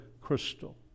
crystal